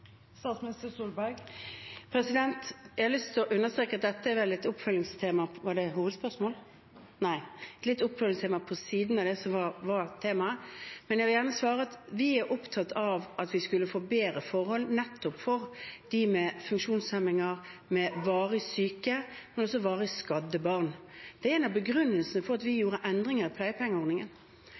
Jeg har lyst til å understreke at dette vel er et oppfølgingstema – var det hovedspørsmål? Nei. – Nei, et lite oppfølgingstema på siden av det som var temaet. Jeg vil gjerne svare at vi er opptatt av at vi skal få bedre forhold for nettopp dem med funksjonshemninger, varig syke barn, men også varig skadde barn. Det er en av begrunnelsene for at vi gjorde endringer i pleiepengeordningen.